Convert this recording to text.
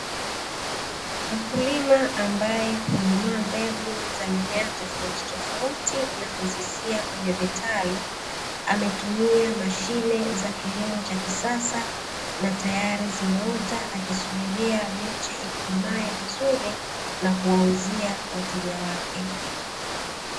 Mkulima ambaye hununua mbegu za mimea tofauti tofauti na kuzisia kwenye vitalu, ametumia mashine za kilimo cha kisasa, na tayari zimeota akisubiria miche ikomae vizuri na kuwauzia wateja wake.